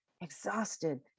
exhausted